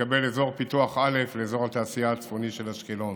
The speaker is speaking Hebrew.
לקבל אזור פיתוח א' לאזור התעשייה הצפוני של אשקלון.